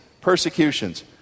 persecutions